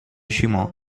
juments